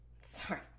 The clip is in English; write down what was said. sorry